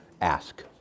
ask